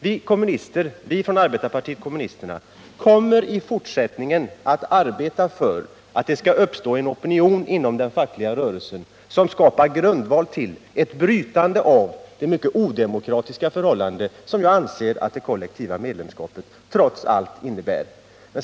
Vi i arbetarpartiet kommunisterna kommer i fortsättningen att arbeta för att det skall uppstå en opinion inom den fackliga rörelsen som skapar en grundval för ett brytande av det, enligt min mening, mycket odemokratiska förhållande som det kollektiva medlemskapet trots allt innebär.